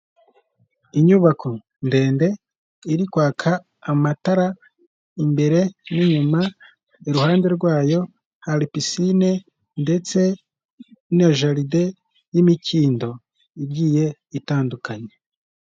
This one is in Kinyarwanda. Inyubako ndende, iri kwaka amatara, imbere n'inyuma, iruhande rwayo hari pisine ndetse n'iya jaride n'imikindo igiye itandukanye.